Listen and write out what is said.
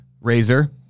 razor